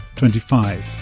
twenty-five